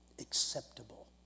acceptable